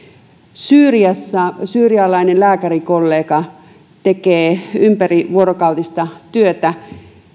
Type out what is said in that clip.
syyriassa syyrialainen lääkärikollega tekee ympärivuorokautista työtä